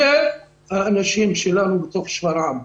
אלה האנשים שלנו בתוך שפרעם.